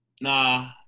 Nah